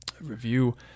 review